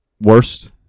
worst